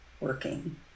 working